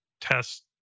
test